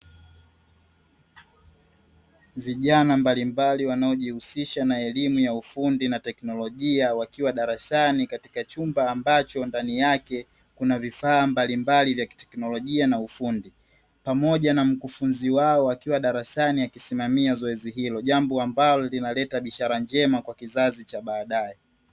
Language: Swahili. Vijana mbalimbali wanaojihusisha na elimu ya ufundi na teknolojia wakiwa darasani katika chumba ambacho ndani yake kuna vifaa mbalimbali vya kiteknolojia na ufundi, pamoja na mkufunzi wao akiwa darasani akisimamia zoezi hilo jambo ambalo linaleta ishara njema kwa kizazi cha baadae.